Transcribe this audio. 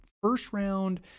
first-round